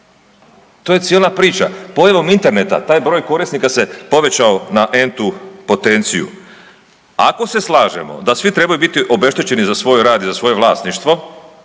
to je cijela priča. Pojavom interneta taj broj korisnika se povećao na entu potenciju. Ako se slažemo da svi trebaju biti obeštećeni za svoj rad i za svoje vlasništvo